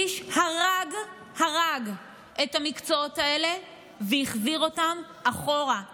קיש הרג את המקצועות האלה והחזיר אותם אחורה,